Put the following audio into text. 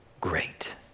great